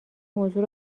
موضوع